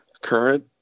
Current